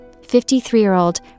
53-year-old